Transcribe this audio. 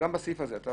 גם בסעיף הזה.